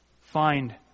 find